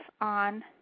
on